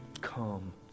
come